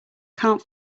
can’t